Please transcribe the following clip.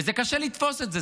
זה קשה לתפוס את זה.